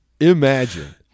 Imagine